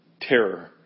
terror